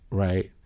right?